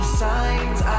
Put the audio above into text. signs